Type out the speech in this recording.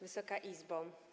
Wysoka Izbo!